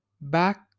back